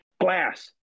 glass